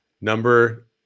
Number